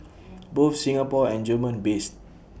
both Singapore and German based